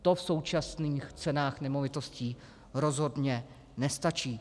To v současných cenách nemovitostí rozhodně nestačí.